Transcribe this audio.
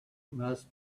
must